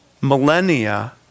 millennia